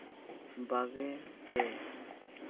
ᱵᱟᱜᱮ ᱯᱮ